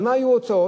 על מה היו הוצאות?